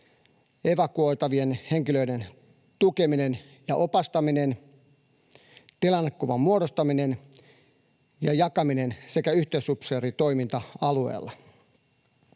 evakuoitavien henkilöiden tukeminen ja opastaminen, tilannekuvan muodostaminen ja jakaminen sekä yhteysupseeritoiminta alueella.